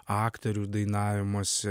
aktorių dainavimas